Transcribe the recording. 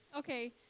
Okay